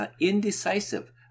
indecisive